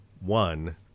one